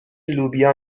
لوبیا